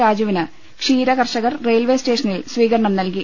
രാജുവിന് ക്ഷീര കർഷകർ റെയിൽവേ സ്റ്റേഷനിൽ സ്വീകരണം നൽകി